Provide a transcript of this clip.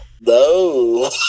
No